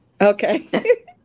okay